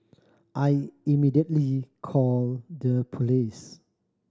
I immediately called the police